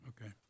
Okay